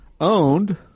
Owned